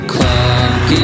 Clock